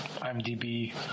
IMDB